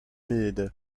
milde